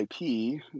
IP